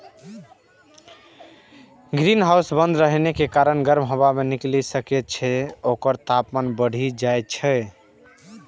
greenhouse बंद रहै के कारण गर्म हवा नै निकलि सकै छै, तें ओकर तापमान बढ़ि जाइ छै